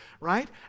right